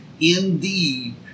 indeed